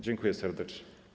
Dziękuję serdecznie.